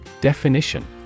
Definition